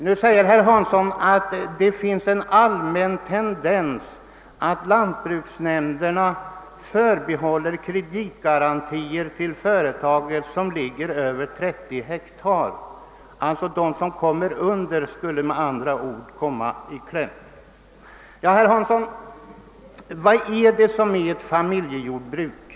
Nu säger herr Hansson att det är en allmän tendens att lantbruksnämnderna förbehåller kreditgarantierna för företag på över 30 ha och att företag med mindre areal alltså skulle komma i kläm. Men, herr Hansson, vad menas egentligen med ett familjejordbruk?